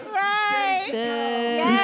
right